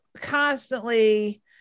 constantly